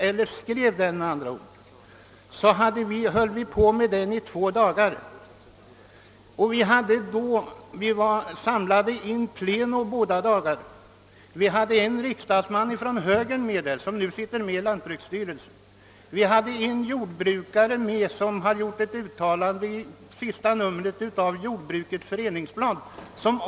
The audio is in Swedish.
Utformningen av tillämpningsföreskrifterna tog oss i lantbruksstyrelsen två dagar; styrelsen var båda dagarna samlad in pleno. Och i arbetet deltog en av högerpartiets representanter i riksdagen, som sitter med i lantbruksstyrelsen, och vidare en jordbrukare, som gjorde ett uttalande i senaste numret av Jordbrukets Föreningsblad.